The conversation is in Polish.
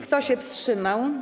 Kto się wstrzymał?